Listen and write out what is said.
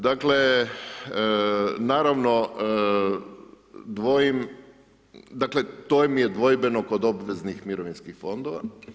Dakle, naravno dvojim, dakle to mi je dvojbeno kod obveznih mirovinskih fondova.